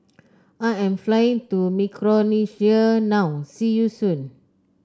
I am flying to Micronesia now see you soon